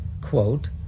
quote